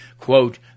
Quote